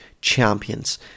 champions